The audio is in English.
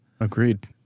Agreed